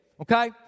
okay